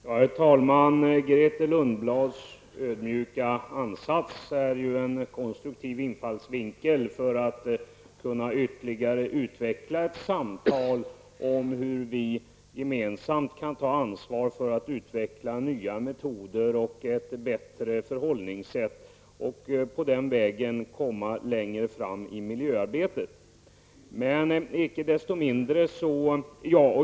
Herr talman! Grethe Lundblads ödmjuka ansats är ju en konstruktiv infallsvinkel för ytterligare utveckling av ett samtal om hur vi gemensamt skall kunna ta ansvar för att få fram nya metoder och ett bättre förhållningssätt för att på den vägen komma längre i miljöarbetet.